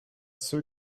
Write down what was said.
ceux